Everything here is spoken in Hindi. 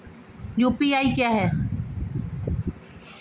यू.पी.आई क्या है?